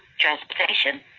transportation